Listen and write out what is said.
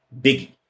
Biggie